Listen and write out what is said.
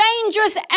dangerous